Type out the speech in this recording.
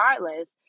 regardless